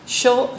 show